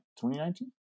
2019